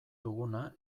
duguna